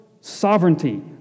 sovereignty